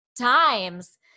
times